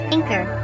Anchor